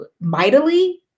mightily